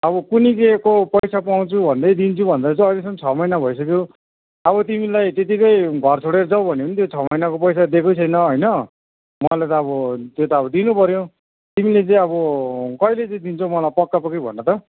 अब कुन्नि केको पैसा पाउँछु भन्दै दिन्छु भन्दै त अहिलेसम्म छ महिना भइसक्यो अब तिमीलाई त्यतिकै घर छोडेर जाऊ भने पनि त्यो छ महिनाको पैसा दिएकै छैन होइन मैले त अब त्यो त अब दिनुपऱ्यो तिमीले चाहिँ अब कहिले चाहिँ दिन्छौँ मलाई पक्का पक्की भन त